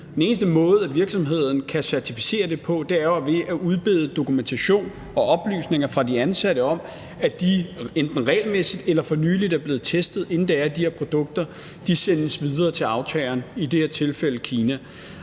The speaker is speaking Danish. Den eneste måde, virksomheden kan certificere det på, er jo ved at udbede sig dokumentation og oplysninger fra de ansatte om, at de enten regelmæssigt eller for nylig er blevet testet, inden de her produkter sendes videre til aftageren, som i det her tilfælde er Kina.